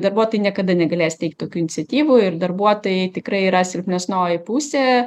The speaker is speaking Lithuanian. darbuotojai niekada negalės teikt tokių iniciatyvų ir darbuotojai tikrai yra silpnesnioji pusė